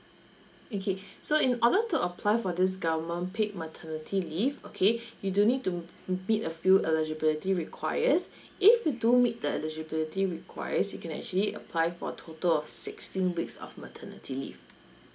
okay so in order to apply for this government paid maternity leave okay you do need to meet a few eligibility requires if you do meet the eligibility requires you can actually apply for a total of sixteen weeks of maternity leave